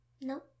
No